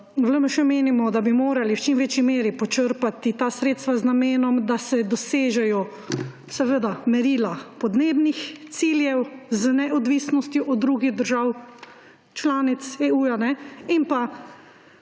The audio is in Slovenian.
V LMŠ menimo, da bi morali v čim večji meri počrpati ta sredstva z namenom, da se dosežejo merila podnebnih ciljev z neodvisnostjo od drugih držav članic EU in